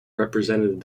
represented